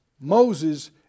Moses